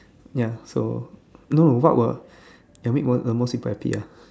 ya so no what will ya make most most people happy ah